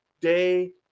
day